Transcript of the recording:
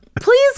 please